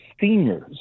seniors